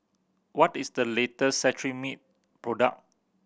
what is the latest Cetrimide product